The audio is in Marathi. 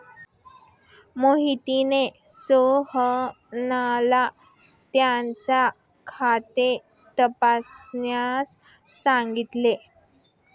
मोहितने सोहनला त्याचे खाते तपासण्यास सांगितले